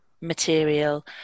material